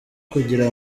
kugira